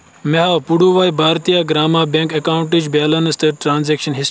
مےٚ ہاو پُڈوٗواے بھارتِیا گرٛاما بیٚنٛک اکاونٹٕچ بیلنس تہٕ ٹرانزیکشن ہسٹری